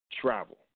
travel